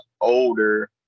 older